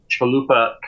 Chalupa